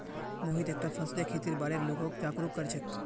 मोहित एकता फसलीय खेतीर बार लोगक जागरूक कर छेक